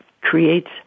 creates